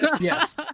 Yes